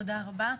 תודה רבה.